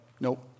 Nope